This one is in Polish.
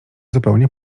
zupełnie